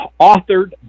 authored